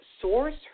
source